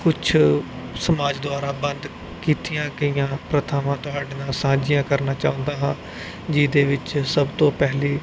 ਕੁਛ ਸਮਾਜ ਦੁਆਰਾ ਬੰਦ ਕੀਤੀਆਂ ਗਈਆਂ ਪ੍ਰਥਾਵਾਂ ਤੁਹਾਡੇ ਨਾਲ ਸਾਂਝੀਆਂ ਕਰਨਾ ਚਾਹੁੰਦਾ ਹਾਂ ਜਿਹਦੇ ਵਿੱਚ ਸਭ ਤੋਂ ਪਹਿਲੀ